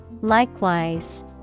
Likewise